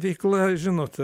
veikla žinot